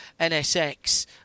NSX